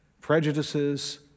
prejudices